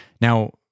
Now